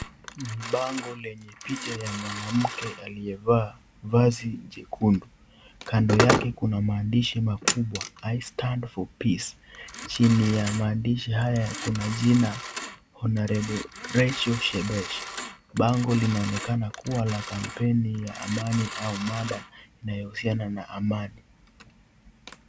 Ni bango lenye picha ya mwanamke aliyevaa vazi jekundu. Kando yake kuna maandishi makubwa I Stand For Peace . Chini ya maandishi haya kuna jina Honourable Rachel Shebesh. Bango linaonekana kuwa la kampeni la amani au mada inayohusiana na amani.